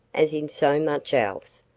as in so much else,